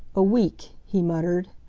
a week, he muttered.